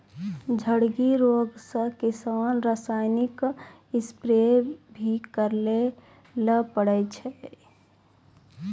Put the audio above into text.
झड़की रोग से किसान रासायनिक स्प्रेय भी करै ले पड़ै छै